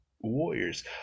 Warriors